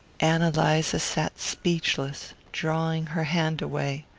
ann eliza sat speechless, drawing her hand away.